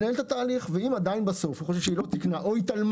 אם בסוף הוא חושב שהיא לא תיקנה או התעלמה